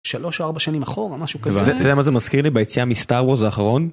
3-4 שנים אחורה משהו כזה, אתה יודע מה זה מזכיר לי? ביציאה מ star wars האחרון?